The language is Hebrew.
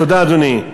תודה, אדוני.